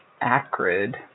Acrid